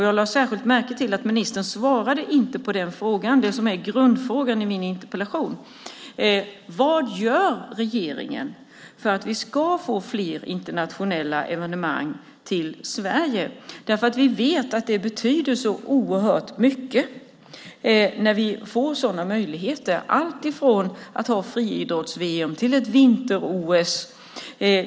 Jag lade särskilt märke till att ministern inte svarade på grundfrågan i min interpellation: Vad gör regeringen för att vi ska få fler internationella evenemang till Sverige? Vi vet ju att det betyder så oerhört mycket att få sådana möjligheter. Det handlar då om allt från att ha ett friidrotts-VM till att ha ett vinter-OS.